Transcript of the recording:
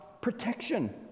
protection